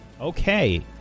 Okay